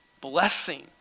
blessing